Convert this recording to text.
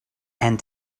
and